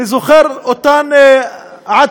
אני זוכר את אותן עתירות